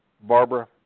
Barbara